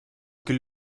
küll